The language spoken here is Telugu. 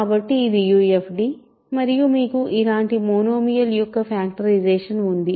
కాబట్టి ఇది UFD మరియు మీకు ఇలాంటి మోనోమియల్ యొక్క ఫ్యాక్టరైజేషన్ ఉంది